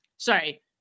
Sorry